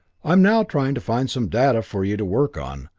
i'm now trying to find some data for you to work on,